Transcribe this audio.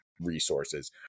resources